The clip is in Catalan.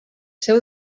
seu